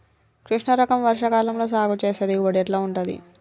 కృష్ణ రకం వర్ష కాలం లో సాగు చేస్తే దిగుబడి ఎట్లా ఉంటది?